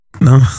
No